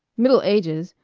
middle ages?